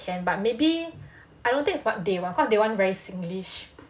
can but maybe I don't think it's what they want cause they want very singlish